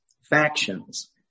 factions